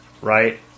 Right